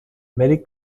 merry